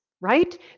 right